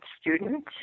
student